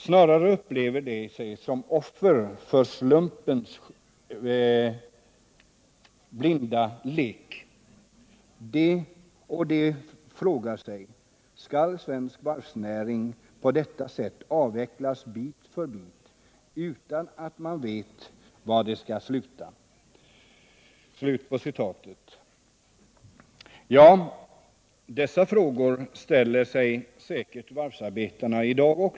Snarast upplever de sig som offer för slumpens blinda lek, och de frågar sig: Skall svensk varvsnäring på detta sätt avvecklas bit för bit, utan att man vet var det skall sluta?” Ja, dessa frågor ställer sig varvsarbetarna också i dag.